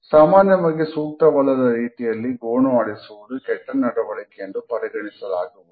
ಸಾಮಾನ್ಯವಾಗಿ ಸೂಕ್ತವಲ್ಲದ ರೀತಿಯಲ್ಲಿ ಗೋಣು ಆಡಿಸುವುದು ಕೆಟ್ಟ ನಡವಳಿಕೆ ಎಂದು ಪರಿಗಣಿಸಲಾಗುವುದು